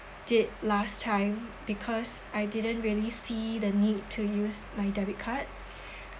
did last time because I didn't really see the need to use my debit card